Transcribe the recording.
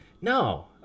no